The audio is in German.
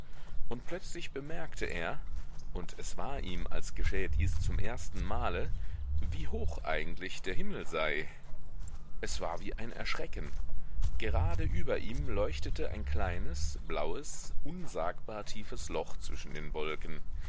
und plötzlich bemerkte er und es war ihm als geschähe dies zum ersten male wie hoch eigentlich der himmel sei es war wie ein erschrecken gerade über ihm leuchtete ein kleines blaues unsagbar tiefes loch zwischen den wolken